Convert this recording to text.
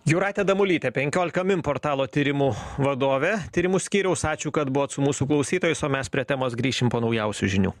jūratė damulytė penkiolika min portalo tyrimų vadovė tyrimų skyriaus ačiū kad buvot su mūsų klausytojais o mes prie temos grįšim po naujausių žinių